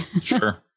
Sure